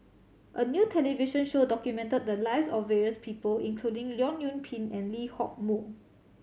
a new television show documented the lives of various people including Leong Yoon Pin and Lee Hock Moh